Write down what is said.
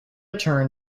tern